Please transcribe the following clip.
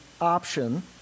option